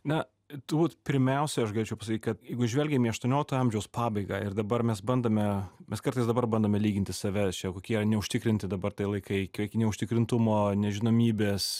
na turbūt pirmiausia aš galėčiau kad jeigu žvelgiam į aštuoniolikto amžiaus pabaigą ir dabar mes bandome mes kartais dabar bandome lyginti save kokie neužtikrinti dabar tai laikai kai neužtikrintumo nežinomybės